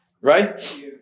Right